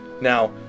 Now